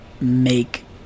make